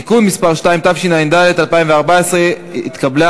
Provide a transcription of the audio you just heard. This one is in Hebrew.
(תיקון), התשע"ד 2014, נתקבל.